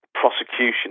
prosecution